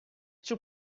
two